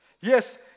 Yes